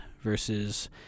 versus